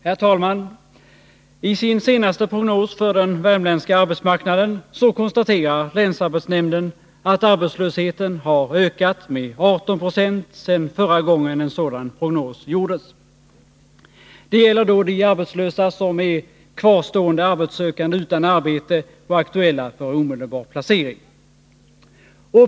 Herr talman! I sin senaste prognos för den värmländska arbetsmarknaden konstaterar länsarbetsnämnden att arbetslösheten har ökat med 18 96 sedan förra gången en sådan prognos gjordes. Det gäller då de arbetslösa som är kvarstående arbetssökande utan arbete och aktuella för omedelbar placering.